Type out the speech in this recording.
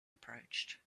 approached